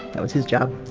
that was his job.